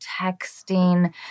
texting